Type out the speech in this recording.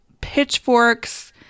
pitchforks